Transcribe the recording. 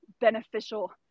beneficial